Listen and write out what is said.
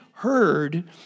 heard